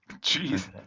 Jeez